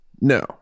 no